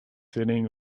sitting